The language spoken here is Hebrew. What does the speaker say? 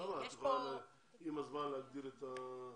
שם את יכולה עם הזמן להגדיל את הסכומים.